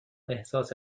احساس